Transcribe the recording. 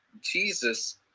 jesus